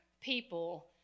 people